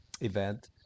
event